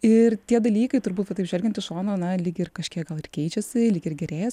ir tie dalykai turbūt va taip žvelgiant iš šono na lyg ir kažkiek gal ir keičiasi lyg ir gerėja